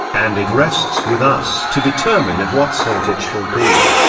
and it rests with us to determine of what sort it shall be.